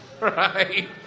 Right